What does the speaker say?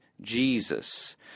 Jesus